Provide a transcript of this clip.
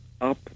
up